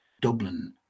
dublin